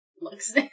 looks